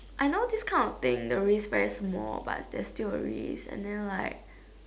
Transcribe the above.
I know this kind of thing the risk very small but there's still a risk and then like